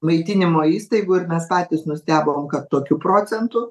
maitinimo įstaigų ir mes patys nustebom kad tokių procentų